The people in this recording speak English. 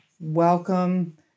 welcome